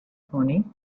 pony